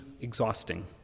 exhausting